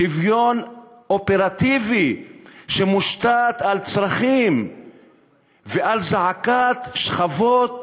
שוויון אופרטיבי שמושתת על צרכים ועל זעקת שכבות